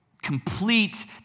complete